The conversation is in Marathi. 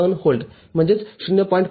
२ व्होल्ट म्हणजेच ०